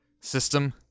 system